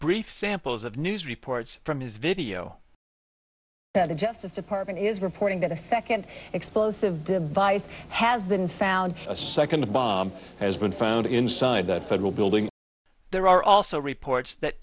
brief samples of news reports from his video that the justice department is reporting that a second explosive device has been found a second bomb has been found inside that federal building there are also reports that